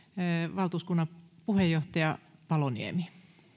valtuuskunnan puheenjohtaja paloniemi